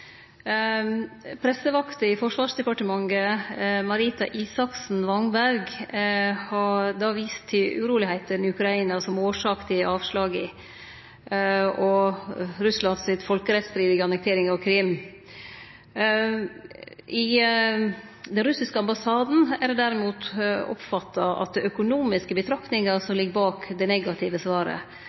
Pressevakta i Forsvarsdepartementet, Marita Isaksen Wangberg, har vist til uroa i Ukraina og Russland si folkerettsstridige annektering av Krim som årsak til avslaga. I den russiske ambassaden har ein derimot oppfatta at det er økonomiske betraktningar som ligg bak det negative svaret.